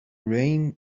reign